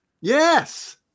Yes